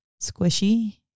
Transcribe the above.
squishy